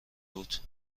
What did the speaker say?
بود